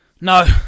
No